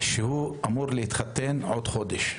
שהוא אמור להתחתן עוד חודש.